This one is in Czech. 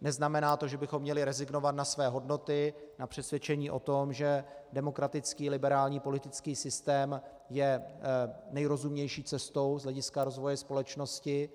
Neznamená to, že bychom měli rezignovat na své hodnoty, na přesvědčení o tom, že demokratický liberální politický systém je nejrozumnější cestou z hlediska rozvoje společnosti.